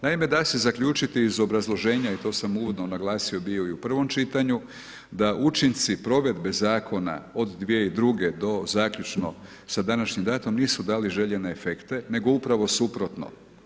Naime da se zaključiti iz obrazloženja i to sam uvodno naglasio bio i u prvom čitanju da učinci provedbe zakona od 2002. do zaključno sa današnjim datumom nisu dali željene efekte nego upravo suprotno.